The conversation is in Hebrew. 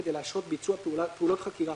כדי להשהות ביצוע פעולות חקירה